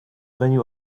venue